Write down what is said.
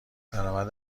درآمد